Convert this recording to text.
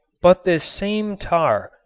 but this same tar,